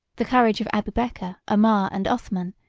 the courage of abubeker, omar, and othman,